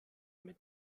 mit